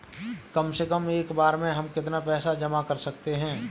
कम से कम एक बार में हम कितना पैसा जमा कर सकते हैं?